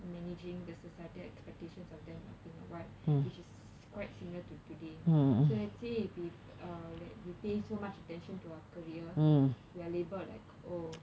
managing the societal expectations of them of being a wife which is quite similar to today oh let's say if if we pay so much attention to our career we are labelled like oh